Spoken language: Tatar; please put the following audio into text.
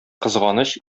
кызганыч